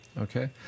Okay